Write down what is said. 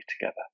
together